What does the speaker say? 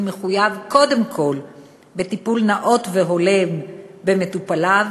מחויב קודם כול בטיפול נאות והולם במטופליו,